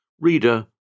Reader